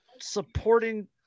Supporting